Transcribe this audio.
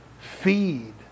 Feed